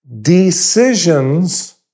decisions